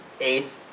eighth